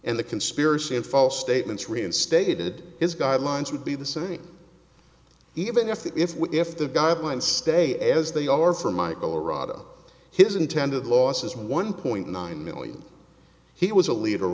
and the conspiracy and false statements reinstated his guidelines would be the same even if we if the guidelines stay as they are for michael arad of his intended losses one point nine million he was a leader